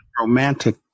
romantic